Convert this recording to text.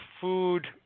food